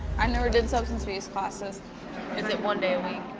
i never did substance abuse classes. is it one day a week?